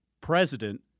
President